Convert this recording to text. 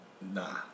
Nah